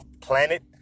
planet